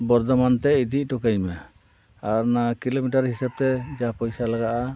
ᱵᱚᱨᱫᱷᱚᱢᱟᱱᱛᱮ ᱤᱫᱤ ᱚᱴᱚ ᱠᱟᱹᱧ ᱢᱮ ᱟᱨ ᱚᱱᱟ ᱠᱤᱞᱳᱢᱤᱴᱟᱨ ᱦᱤᱥᱟᱹᱵᱽ ᱛᱮ ᱡᱟ ᱯᱚᱭᱥᱟ ᱞᱟᱜᱟᱜᱼᱟ